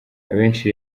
abenshi